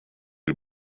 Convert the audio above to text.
los